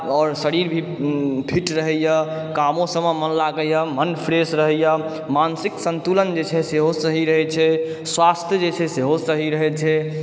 आओर शरीर भी फिट रहयए कामो सभमे मन लागयए मन फ्रेश रहयए मानसिक सन्तुलन जे छै सेहो सही रहैत छै स्वास्थ्य जे छै सेहो सही रहैत छै